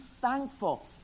thankful